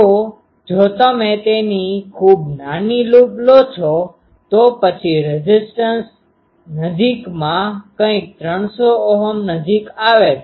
તો જો તમે તેની ખૂબ નાની લૂપ લો છો તો પછી રેઝીસ્ટન્સ નજીકમાં કંઈક 300 Ω નજીક આવે છે